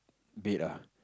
bed ah